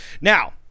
Now